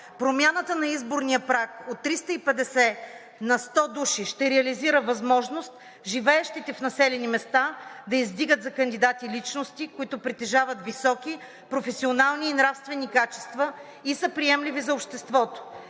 Промяната на изборния праг от 350 на 100 души ще реализира възможност живеещите в населени места да издигат за кандидати личности, които притежават високи професионални и нравствени качества и са приемливи за обществото.